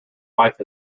wife